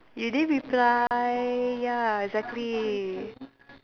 you didn't reply ya exactly